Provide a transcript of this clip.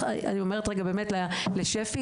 אני אומרת רגע לשפ"י,